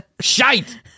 Shite